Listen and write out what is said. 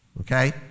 Okay